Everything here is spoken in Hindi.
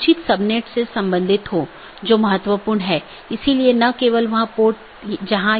विशेषता का संयोजन सर्वोत्तम पथ का चयन करने के लिए उपयोग किया जाता है